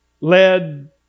led